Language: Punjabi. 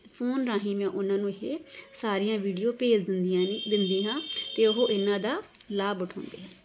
ਫੋਨ ਰਾਹੀਂ ਮੈਂ ਉਹਨਾਂ ਨੂੰ ਇਹ ਸਾਰੀਆਂ ਵੀਡੀਓ ਭੇਜ ਦਿੰਨੀਆਂ ਨੇ ਦਿੰਦੀ ਹਾਂ ਅਤੇ ਉਹ ਇਹਨਾਂ ਦਾ ਲਾਭ ਉਠਾਉਂਦੇ ਹਨ